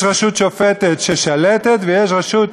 יש רשות שופטת ששולטת, ויש רשות